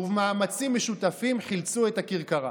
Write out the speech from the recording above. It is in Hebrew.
ובמאמצים משותפים חילצו את הכרכרה.